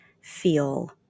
feel